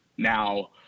Now